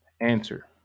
answer